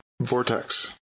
Vortex